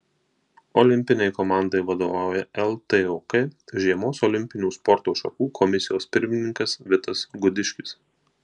olimpinei komandai vadovauja ltok žiemos olimpinių sporto šakų komisijos pirmininkas vitas gudiškis